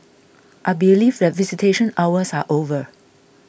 I believe that visitation hours are over